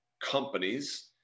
companies